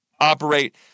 operate